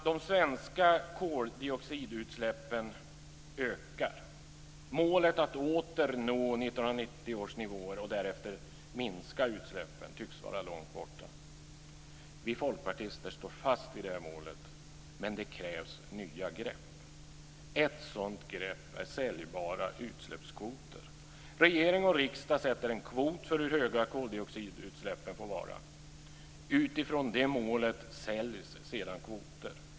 De svenska koldioxidutsläppen ökar. Målet att åter nå 1990 års nivåer och därefter minska utsläppen tycks vara långt borta. Vi folkpartister står fast vid det målet, men det krävs nya grepp. Ett sådant grepp är säljbara utsläppskvoter. Regering och riksdag sätter därvid en kvot för hur höga koldioxidutsläppen får vara. Utifrån det målet säljs sedan kvoter.